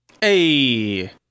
hey